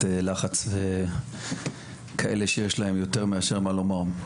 לחץ וכאלה שיש להם יותר מאשר מה לומר.